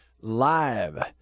live